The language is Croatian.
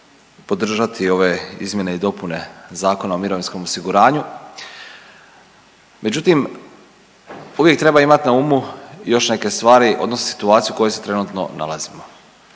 podržati ove izmjene i dopune Zakona o mirovinskom osiguranju, međutim uvijek treba imat na umu još neke stvari odnosno situaciju u kojoj se trenutno nalazimo.